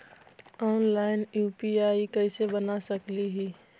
Online UPI कैसे बना सकली ही?